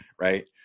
right